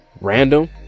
random